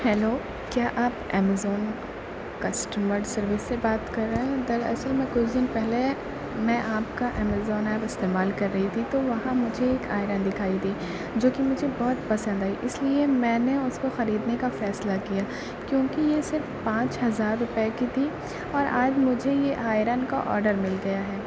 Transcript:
hello کیا آپ Amazon customer service سے بات کر رہے ہیں در اصل میں کچھ دن پہلے میں آپ کا ایمیزون ایپ استعمال کر رہی تھی تو وہاں مجھے ایک آئرن دکھائی دی جو کہ مجھے بہت پسند آئی اس لیے میں نے اس کو خریدنے کا فیصلہ کیا کیونکہ یہ صرف پانچ ہزار روپے کی تھی اور آج مجھے یہ آئرن کا آڈر مل گیا ہے